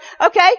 okay